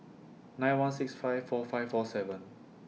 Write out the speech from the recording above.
nine one six five four five four seven